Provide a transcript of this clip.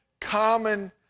common